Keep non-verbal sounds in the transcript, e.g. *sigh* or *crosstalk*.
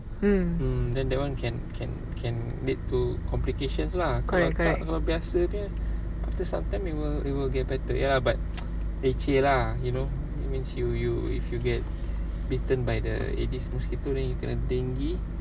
mm then that one can can can lead to complications lah kalau tak kalau biasa punya after some time it will it will get better ya lah but *noise* leceh lah you know means you you if you get bitten by the aedes mosquito then you kena dengue